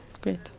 Great